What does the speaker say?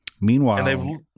Meanwhile